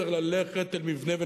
צריך ללכת אל מבנה כזה,